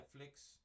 Netflix